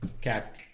cat